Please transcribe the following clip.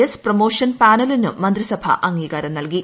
S promotion പാനലിനും മന്ത്രിസഭ അംഗീകാരം നൽകി